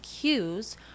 cues